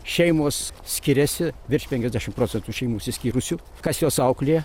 šeimos skiriasi virš penkiasdešim procentų šeimų išsiskyrusių kas juos auklėja